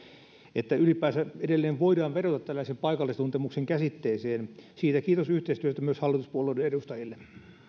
että ylipäänsä edelleen voidaan vedota tällaiseen paikallistuntemuksen käsitteeseen siitä yhteistyöstä kiitos myös hallituspuolueiden edustajille